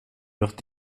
wird